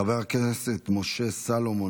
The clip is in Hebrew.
חבר הכנסת משה סולומון,